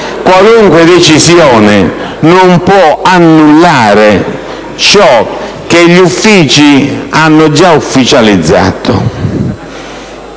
Qualunque decisione non può annullare ciò che gli uffici hanno già ufficializzato.